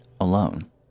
alone